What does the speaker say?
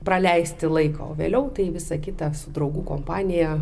praleisti laiko o vėliau tai visa kita su draugų kompanija